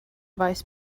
faes